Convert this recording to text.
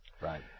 Right